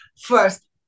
First